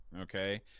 okay